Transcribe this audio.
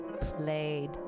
played